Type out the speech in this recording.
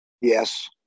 Yes